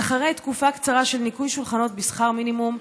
אז אחרי תקופה קצרה של ניקוי שולחנות בשכר מינימום,